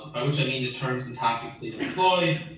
which i mean the terms and tactics they'd employed,